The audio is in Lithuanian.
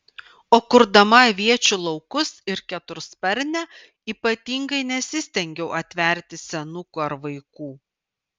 o kurdama aviečių laukus ir ketursparnę ypatingai nesistengiau atverti senukų ar vaikų